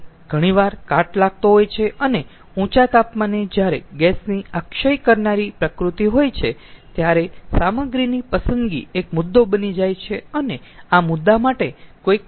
તેથી ઘણીવાર કાટ લાગતો હોય છે અને ઊંચા તાપમાને જ્યારે ગેસની આ ક્ષય કરનારી પ્રકૃતિ હોય છે ત્યારે સામગ્રીની પસંદગી એક મુદ્દો બની જાય છે અને આ મુદ્દા માટે કોઈક પ્રકારની કાળજી લેવી પડે છે